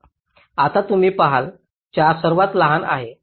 आता तुम्ही पहाल 4 सर्वात लहान आहे